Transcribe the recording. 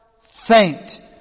faint